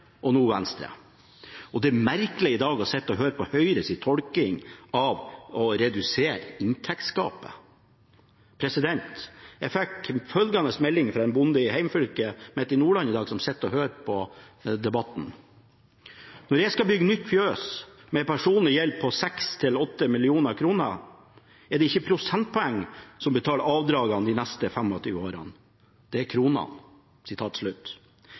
og nå Venstre. Det er merkelig i dag å sitte og høre på Høyres tolkning av å redusere inntektsgapet. Fra en bonde i hjemfylket mitt, Nordland, som sitter og hører på debatten, fikk jeg følgende melding i dag: Når jeg skal bygge nytt fjøs med en personlig gjeld på 6–8 mill. kr, er det ikke prosentpoeng som betaler avdragene de neste 25 årene, det er